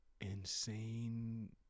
insane